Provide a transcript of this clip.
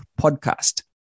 podcast